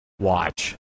watch